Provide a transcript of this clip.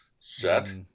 set